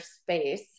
space